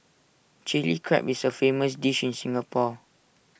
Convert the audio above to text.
Chilli Crab is A famous dish in Singapore